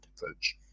approach